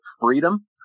freedom